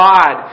God